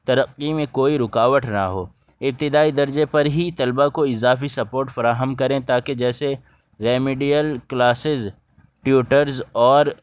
ترقی میں کوئی رکاوٹ نہ ہو ابتدائی درجے پر ہی طلبہ کو اضافی سپوٹ فراہم کریں تاکہ جیسے ریمیڈیل کلاسز ٹیوٹرز اور